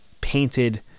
painted